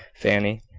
fanny.